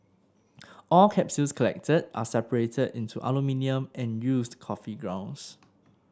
all capsules collected are separated into aluminium and used coffee grounds